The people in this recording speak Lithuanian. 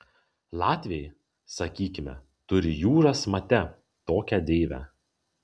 latviai sakykime turi jūras mate tokią deivę